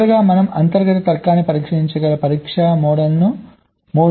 చివరగా మనం అంతర్గత తర్కాన్ని పరీక్షించగల పరీక్ష మోడ్ను చూద్దాం